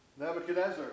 Nebuchadnezzar